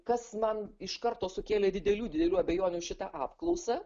kas man iš karto sukėlė didelių didelių abejonių šita apklausa